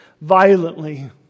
violently